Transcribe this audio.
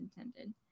intended